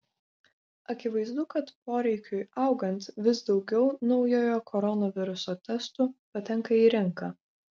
akivaizdu kad poreikiui augant vis daugiau naujojo koronaviruso testų patenka į rinką